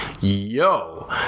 yo